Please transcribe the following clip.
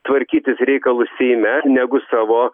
tvarkytis reikalus seime negu savo